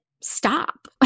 stop